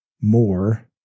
more